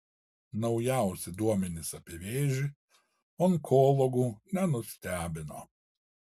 naujausi duomenys apie vėžį onkologų nenustebino